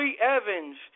Evans